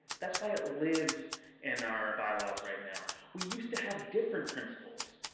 that's why it lives in our bylaws right now. we used to have different principles.